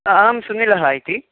अहं सुनिलः इति